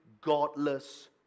godless